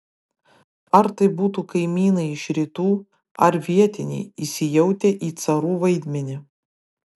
ar tai būtų kaimynai iš rytų ar vietiniai įsijautę į carų vaidmenį